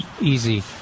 easy